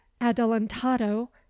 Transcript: adelantado